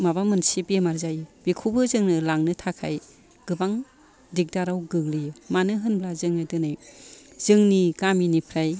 माबा मोनसे बेराम जायो बेखौबो जोंनो लांनो थाखाय गोबां दिगदाराव गोग्लैयो मानो होनब्ला जोङो दिनै जोंनि गामिनिफ्राइ